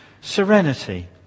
serenity